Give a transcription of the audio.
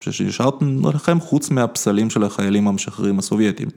שהשארתם עליכם חוץ מהפסלים של החיילים המשחררים הסובייטיים.